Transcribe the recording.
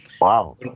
Wow